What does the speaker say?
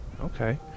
Okay